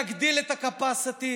להגדיל את ה-capacity?